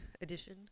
edition